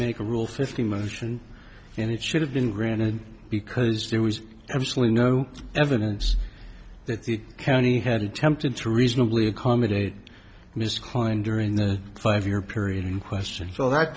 make a rule fifty motion and it should have been granted because there was absolutely no evidence that the county had attempted to reasonably accommodate mrs klein during the five year period in question that